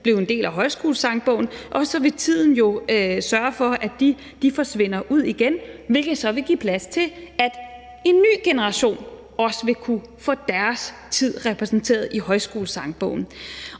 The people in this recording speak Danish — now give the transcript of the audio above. blev en del af Højskolesangbogen, og så vil tiden jo sørge for, at de forsvinder ud igen, hvilket så vil give plads til, at en ny generation også vil kunne få deres tid repræsenteret i Højskolesangbogen.